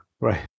Right